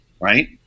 Right